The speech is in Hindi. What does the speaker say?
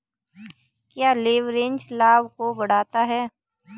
क्या लिवरेज लाभ को बढ़ाता है?